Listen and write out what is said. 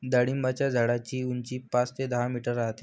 डाळिंबाच्या झाडाची उंची पाच ते दहा मीटर राहते